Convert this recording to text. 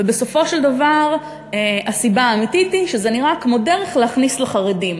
ובסופו של דבר הסיבה האמיתית היא שזה נראה כמו דרך להכניס לחרדים,